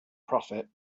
prophet